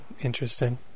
interesting